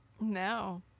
No